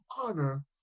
honor